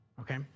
okay